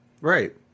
Right